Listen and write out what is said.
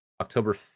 October